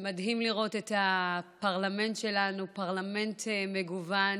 ומדהים לראות את הפרלמנט שלנו פרלמנט מגוון,